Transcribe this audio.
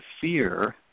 fear